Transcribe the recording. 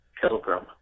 Pilgrim